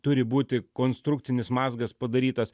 turi būti konstrukcinis mazgas padarytas